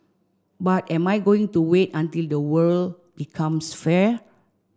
but am I going to wait until the world becomes fair